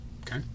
Okay